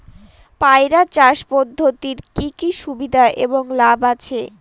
পয়রা চাষ পদ্ধতির কি কি সুবিধা এবং লাভ আছে?